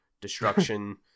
destruction